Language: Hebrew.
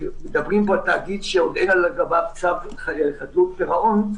מדברים פה על תאגיד שעוד אין לגביו צו חדלות פירעון.